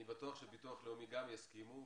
אני בטוח שביטוח לאומי יסכים.